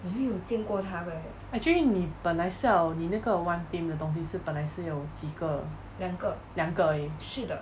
actually 你本来是要你那个 one team 的东西是本来是有几个两个而已 ben lai shi you ji ge liang ge er yi